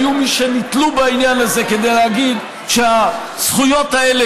היו מי שנתלו בעניין הזה כדי להגיד שהזכויות האלה